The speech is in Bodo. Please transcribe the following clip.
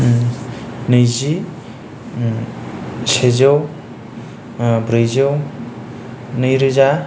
नैजि सेजौ ब्रैजौ नैरोजा